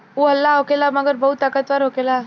उ हल्का होखेला मगर बहुत ताकतवर होखेला